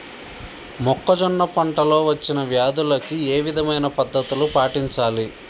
మొక్కజొన్న పంట లో వచ్చిన వ్యాధులకి ఏ విధమైన పద్ధతులు పాటించాలి?